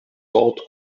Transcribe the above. wort